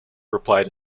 replied